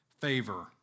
favor